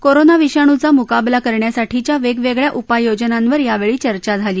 corona विषाणूचा मुकाबला करण्यासाठीच्या वेगवेगळ्या उपाययोजनांवर यावेळी चर्चा झाली